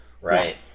Right